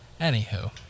Anywho